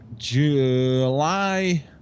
July